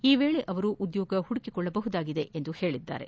ಈ ವೇಳೆ ಅವರು ಉದ್ಯೋಗ ಹುಡುಕಿಕೊಳ್ಳಬಹುದಾಗಿದೆ ಎಂದಿದ್ದಾರೆ